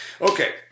Okay